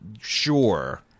sure